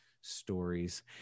stories